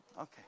Okay